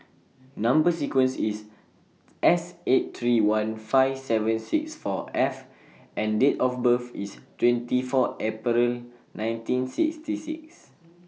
Number sequence IS S eight three one five seven six four F and Date of birth IS twenty four April nineteen sixty six